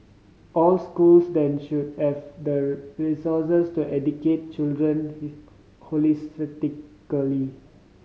all schools then should have the resources to educate children holistically